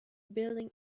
building